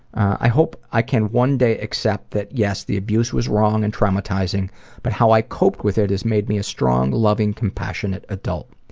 i hope i can one day accept that yes, abuse was wrong and traumatizing but how i coped with it has made me a strong, loving, compassionate adult.